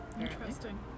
interesting